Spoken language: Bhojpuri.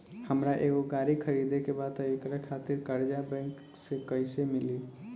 हमरा एगो गाड़ी खरीदे के बा त एकरा खातिर कर्जा बैंक से कईसे मिली?